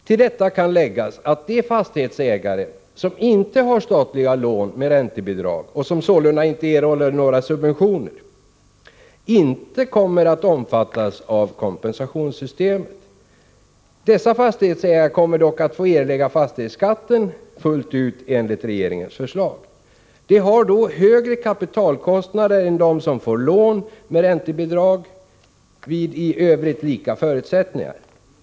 Till detta kan läggas att de fastighetsägare som inte har statliga lån med räntebidrag och som sålunda inte erhållit några subventioner inte med regeringens förslag kommer att omfattas av kompensationssystemet. Dessa fastighetsägare kommer dock att få erlägga fastighetsskatten enligt regeringens förslag. De har dock högre kapitalkostnader än de som får lån med räntebidrag vid i övrigt lika förutsättningar.